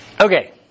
Okay